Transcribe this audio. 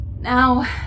Now